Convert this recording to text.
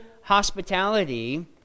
hospitality